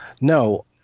No